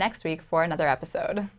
next week for another episode